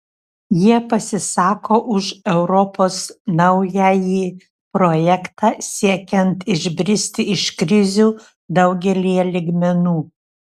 jie pasisako už europos naująjį projektą siekiant išbristi iš krizių daugelyje lygmenų